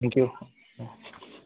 thank you